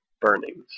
burnings